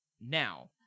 Now